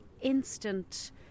instant